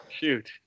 Shoot